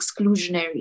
exclusionary